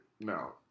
No